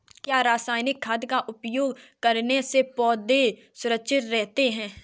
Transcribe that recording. क्या रसायनिक खाद का उपयोग करने से पौधे सुरक्षित रहते हैं?